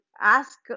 ask